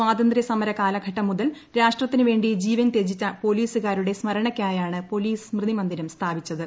സ്വാതന്ത്ര്യ സമര കാലഘട്ടംമുതൽ രാഷ്ട്രത്തിനുവേണ്ടി ജീവൻ തൃജിച്ച പോലീസുകാരുടെ സ്മരണയ്ക്കായാണ് പോലീസ് സ്മൃതി മന്ദിരം സ്ഥാപിച്ചത്